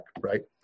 right